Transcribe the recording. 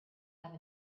have